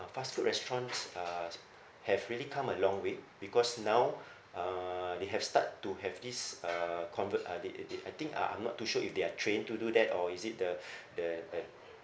uh fast food restaurants uh s~ have really come a long way because now uh they have start to have this uh conver~ uh they they they I think uh I'm not too sure if they're trained to do that or is it the the the